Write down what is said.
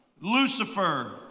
Lucifer